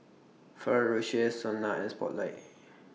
Ferrero Rocher Sona and Spotlight